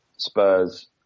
Spurs